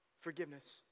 forgiveness